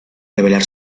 revelar